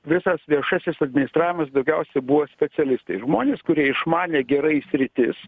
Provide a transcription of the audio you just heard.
visas viešasis administravimas daugiausia buvo specialistai žmonės kurie išmanė gerai sritis